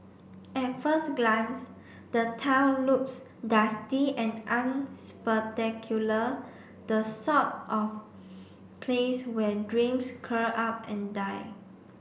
at first glance the town looks dusty and unspectacular the sort of place where dreams curl up and die